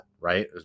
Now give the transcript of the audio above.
right